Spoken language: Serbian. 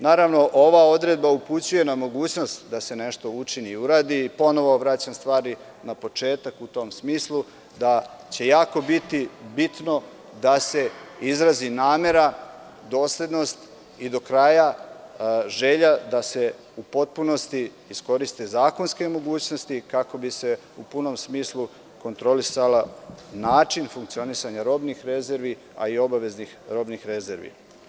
Naravno, ova odredba upućuje na mogućnost da se nešto učini i uradi i ponovo vraća stvari na početak u tom smislu da će jako biti bitno da se izrazi namera, doslednost i do kraja želja da se u potpunosti iskoriste zakonske mogućnosti kako bi se u punom smislu kontrolisao način funkcionisanja robnih rezervi, a i obaveznih robnih rezervi.